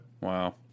Wow